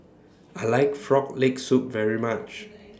I like Frog Leg Soup very much